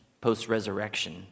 post-resurrection